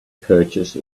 purchase